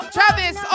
Travis